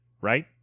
right